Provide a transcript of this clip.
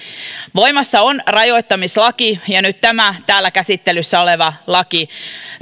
voimassa on rajoittamislaki ja nyt tämä täällä käsittelyssä oleva laki